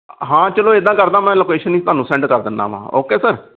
ਹਾਂ ਚਲੋ ਇੱਦਾਂ ਕਰਦਾ ਮੈਂ ਲੋਕੇਸ਼ਨ ਹੀ ਤੁਹਾਨੂੰ ਸੈਂਡ ਕਰ ਦਿੰਦਾ ਵਾਂ ਓਕੇ ਸਰ